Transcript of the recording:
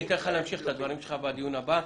אני אתן לך להמשיך את הדברים שלך בדיון הבא.